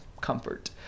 comfort